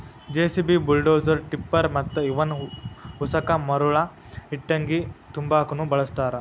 JCB, bulldozer, tipper ಮತ್ತ ಇವನ್ ಉಸಕ ಮರಳ ಇಟ್ಟಂಗಿ ತುಂಬಾಕುನು ಬಳಸ್ತಾರ